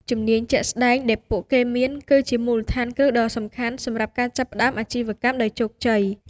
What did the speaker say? ជំនាញជាក់ស្តែងដែលពួកគេមាន គឺជាមូលដ្ឋានគ្រឹះដ៏សំខាន់សម្រាប់ការចាប់ផ្តើមអាជីវកម្មដោយជោគជ័យ។